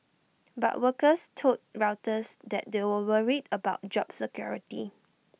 but workers told Reuters that they were worried about job security